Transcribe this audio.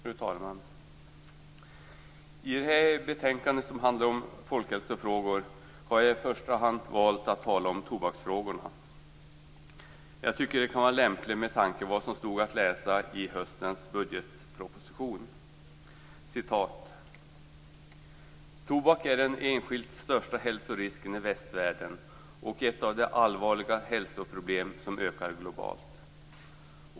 Fru talman! I debatten om det här betänkandet, som handlar om folkhälsofrågor, har jag i första hand valt att tala om tobaksfrågorna. Jag tycker att det kan vara lämpligt med tanke på vad som stod att läsa i höstens budgetproposition: "Tobak är den enskilt största hälsorisken i västvärlden och ett av de allvarligaste hälsoproblemen, som ökar globalt.